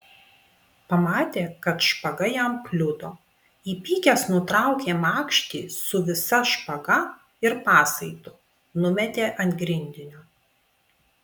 pamatė kad špaga jam kliudo įpykęs nutraukė makštį su visa špaga ir pasaitu numetė ant grindinio